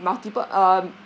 multiple um